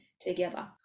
together